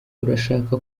urashaka